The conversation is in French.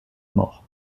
mort